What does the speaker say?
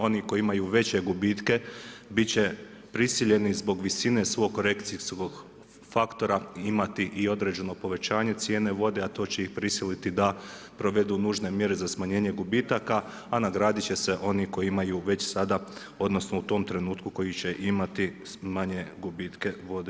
Oni koji imaju veće gubitke bit će prisiljeni zbog visine svog korekcijskog faktora imati i određeno povećanje cijene vode, a to će ih prisiliti da provedu nužne mjere za smanjenje gubitaka, a nagradit će se oni koji imaju već sada odnosno u tom trenutku koji će imati manje gubitke vode u svom sustavu.